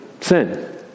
sin